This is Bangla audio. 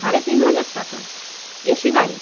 সাড়ে তিন হাজার টাকা এসি গাড়ি